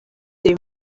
they